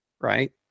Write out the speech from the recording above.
right